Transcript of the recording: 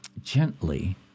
gently